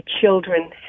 children